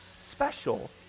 special